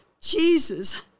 Jesus